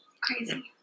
Crazy